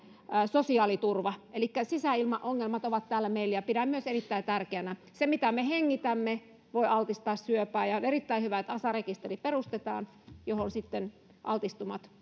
sosiaaliturva elikkä sisäilmaongelmat ovat täällä meillä ja pidän sitä myös erittäin tärkeänä se mitä me hengitämme voi altistaa syövälle ja on erittäin hyvä että perustetaan asa rekisteri johon sitten altistumat